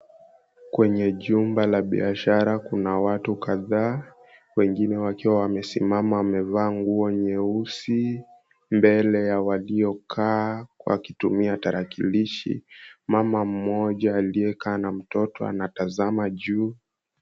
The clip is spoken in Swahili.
Kwenye jumba la biashara kuna watu kadhaa. Wengine wakiwa wamesimama wamevaa nguo nyeusi mbele ya waliokaa wakitumia tarakilishi. Mama mmoja aliyekaa na mtoto anatazama juu.